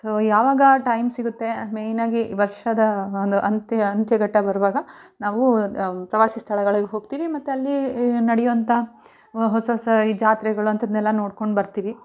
so ಯಾವಾಗ time ಸಿಗುತ್ತೆ ಮೇಯ್ನಾಗಿ ವರ್ಷದ ಒಂದು ಅಂತ್ಯ ಅಂತ್ಯ ಗಂಟ ಬರುವಾಗ ನಾವು ಪ್ರವಾಸಿ ಸ್ಥಳಗಳಿಗೆ ಹೋಗ್ತೀವಿ ಮತ್ತೆ ಅಲ್ಲಿ ನಡೆಯುವಂಥ ಹೊಸ ಹೊಸ ಈ ಜಾತ್ರೆಗಳು ಅಂಥದ್ದನ್ನೆಲ್ಲ ನೋಡ್ಕೊಂಡು ಬರ್ತೀವಿ